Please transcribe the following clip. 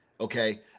okay